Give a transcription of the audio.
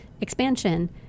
expansion